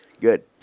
good